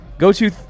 Go-to –